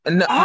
no